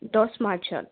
দহ মাৰ্চত